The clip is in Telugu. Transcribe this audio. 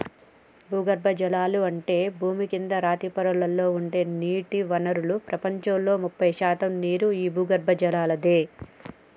భూగర్బజలాలు అంటే భూమి కింద రాతి పొరలలో ఉండే నీటి వనరులు ప్రపంచంలో ముప్పై శాతం నీరు ఈ భూగర్బజలలాదే